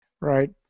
Right